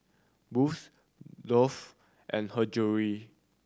Boost Dove and Her Jewellery